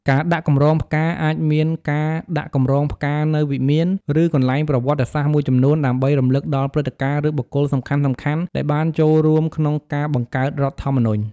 ការដាក់កម្រងផ្កា អាចមានការដាក់កម្រងផ្កានៅវិមាន ឬកន្លែងប្រវត្តិសាស្ត្រមួយចំនួន ដើម្បីរំលឹកដល់ព្រឹត្តិការណ៍ ឬបុគ្គលសំខាន់ៗដែលបានចូលរួមក្នុងការបង្កើតរដ្ឋធម្មនុញ្ញ។